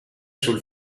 sul